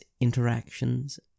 interactions